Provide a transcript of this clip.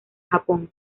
japón